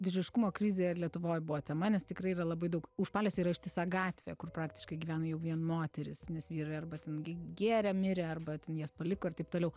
vyriškumo krizė lietuvoj buvo tema nes tikrai yra labai daug užpaliuose yra ištisa gatvė kur praktiškai gyvena jau vien moterys nes vyrai arba ten gi gėrė mirė arba tens jas paliko ir taip toliau